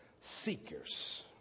seekers